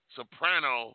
Soprano